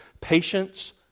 Patience